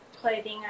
clothing